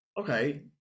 okay